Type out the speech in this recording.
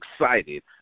excited